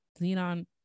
xenon